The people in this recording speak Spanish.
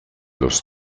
los